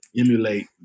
emulate